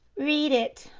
read it,